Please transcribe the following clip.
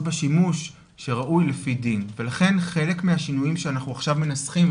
בה שימוש שראוי לפי דין ולכן חלק מהשינויים שאנחנו עכשיו מנסחים,